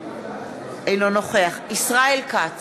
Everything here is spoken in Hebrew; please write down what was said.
אינו נוכח ישראל כץ,